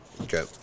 Okay